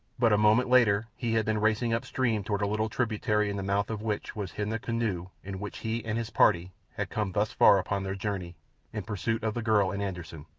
but a moment later he had been racing up-stream toward a little tributary in the mouth of which was hidden the canoe in which he and his party had come thus far upon their journey in pursuit of the girl and anderssen.